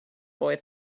boy